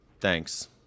Thanks